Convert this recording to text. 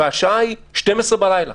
השעה תהיה 12 בלילה